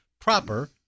proper